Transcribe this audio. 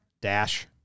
dash